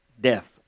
Death